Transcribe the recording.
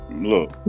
Look